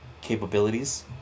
capabilities